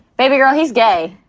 baby girl, he's gay